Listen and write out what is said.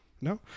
no